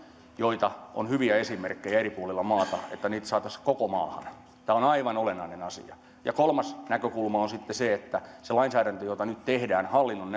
joista on hyviä esimerkkejä eri puolilla maata saataisiin koko maahan tämä on aivan olennainen asia kolmas näkökulma on sitten se että se lainsäädäntö jota nyt tehdään hallinnon